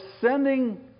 sending